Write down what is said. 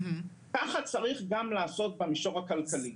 כך צריך לעשות גם במישור הכלכלי.